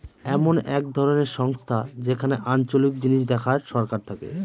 এমন এক ধরনের সংস্থা যেখানে আঞ্চলিক জিনিস দেখার সরকার থাকে